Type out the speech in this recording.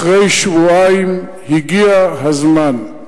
אחרי שבועיים הגיע הזמן.